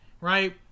right